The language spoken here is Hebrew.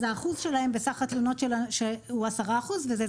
אז האחוז שלהם בסך התלונות הוא 10% וזה